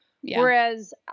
Whereas